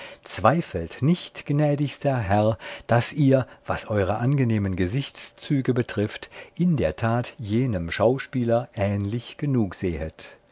zweifelt nicht gnädigster herr daß ihr was eure angenehmen gesichtszüge betrifft in der tat jenem schauspieler ähnlich genug sehet